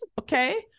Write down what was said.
Okay